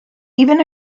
even